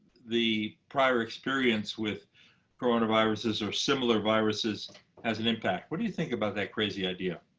the prior experience with coronaviruses or similar viruses has an impact. what do you think about that crazy idea?